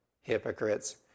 hypocrites